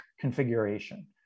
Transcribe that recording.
configuration